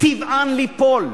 טבען ליפול.